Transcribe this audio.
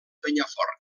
penyafort